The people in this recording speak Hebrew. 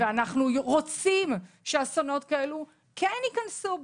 ואנחנו רוצים שאסונות כאלה כן ייכנסו בו,